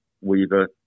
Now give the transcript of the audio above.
Weaver